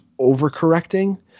overcorrecting